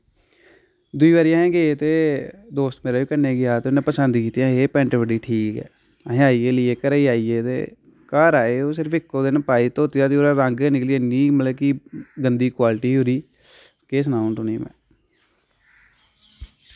दुई बारी अस गे ते दोस्त मेरा बी कन्नै गेआ ते उन्नै पसंद कीती अहें एह् पैंट बड़ी ठीक ऐ अस आइयै घरै लेइयै घरै आई गे ते घर आए ओह् सिर्फ इक्को दिन पाई धोत्ती धात्ती ओह्दा रंग गै निकली गेआ इन्नी मतलब कि गंदी क्वालटी ही ओह्दी केह् सनां हून तुनेंगी में